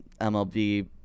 MLB